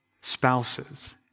spouses